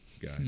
guy